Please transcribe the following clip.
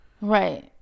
Right